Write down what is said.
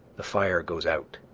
the fire goes out.